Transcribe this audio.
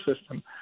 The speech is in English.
system